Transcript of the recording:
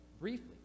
briefly